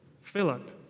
Philip